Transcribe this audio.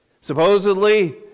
Supposedly